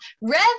Rev